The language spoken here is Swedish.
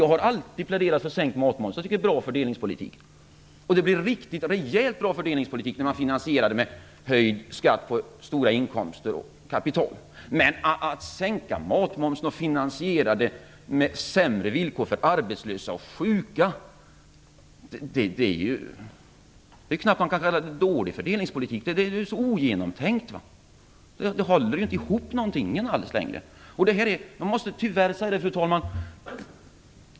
Jag har alltid pläderat för sänkt matmoms. Jag tycker att det är en bra fördelningspolitik. Det blir riktigt rejält bra fördelningspolitik när man finansierar det med höjd skatt på stora inkomster och kapital. Men att sänka matmomsen och finansiera det med sämre villkor för arbetslösa och sjuka - det är knappt man kan kalla det för dålig fördelningspolitik. Det är så ogenomtänkt. Det håller inte ihop alls längre. Fru talman! Tyvärr måste jag ge Carl Bildt rätt.